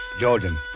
Jordan